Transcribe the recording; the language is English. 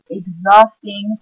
exhausting